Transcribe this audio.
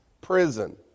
prison